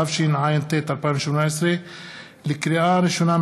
התשע"ט 2018. לקריאה ראשונה,